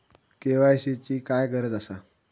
KYC ची काय गरज आसा?